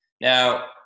Now